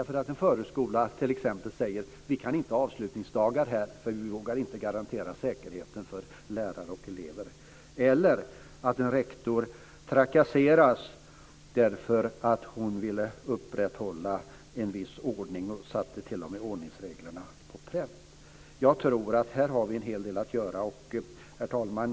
Från en skola säger man t.ex. att man inte kan ordna avslutningsdagar därför att man inte vågar garantera säkerheten för lärare och elever. En rektor trakasseras därför att hon ville upprätthålla en viss ordning och t.o.m. satte ordningsreglerna på pränt. Jag tror att vi har en hel del att göra här. Herr talman!